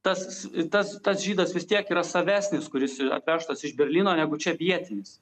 tas tas tas žydas vis tiek yra savesnis kuris atvežtas iš berlyno negu čia vietinis